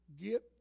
get